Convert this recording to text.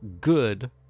good